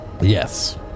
Yes